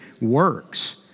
works